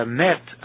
met